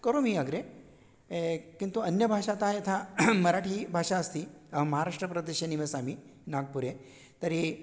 करोमि अग्रे किन्तु अन्यभाषातः यथा मराठीभाषा अस्ति अहं महाराष्ट्रप्रदेशे निवसामि नाग्पुरे तर्हि